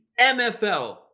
MFL